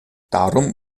darum